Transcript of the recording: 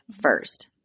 first